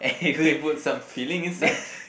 did you put some filling inside